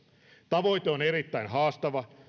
tavoite on erittäin haastava